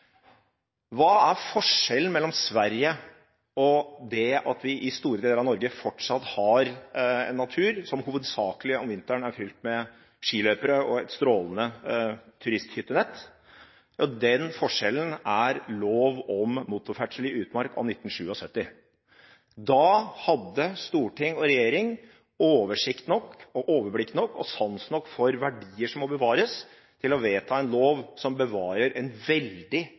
Hva er forskjellen mellom Sverige og det at vi i store deler av Norge fortsatt har en natur som om vinteren hovedsakelig er fylt med skiløpere og et strålende turisthyttenett? Den forskjellen er lov om motorferdsel i utmark av 1977. Da hadde storting og regjering oversikt nok, overblikk nok og sans nok for verdier som må bevares, til å vedta en lov som bevarer en veldig